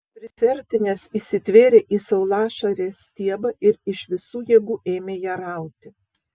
prisiartinęs įsitvėrė į saulašarės stiebą ir iš visų jėgų ėmė ją rauti